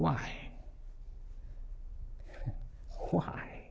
why why